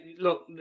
look